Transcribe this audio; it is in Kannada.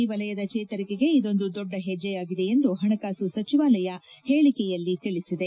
ಇ ವಲಯದ ಚೇತರಿಕೆಗೆ ಇಂದೊಂದು ದೊಡ್ಡ ಹೆಜ್ಜೆಯಾಗಿದೆ ಎಂದು ಹಣಕಾಸು ಸಚಿವಾಲಯ ಹೇಳಿಕೆಯಲ್ಲಿ ತಿಳಿಸಿದೆ